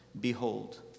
Behold